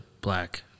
black